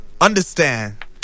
Understand